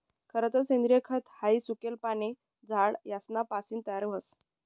खरतर सेंद्रिय खत हाई सुकेल पाने, झाड यासना पासीन तयार व्हस